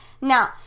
Now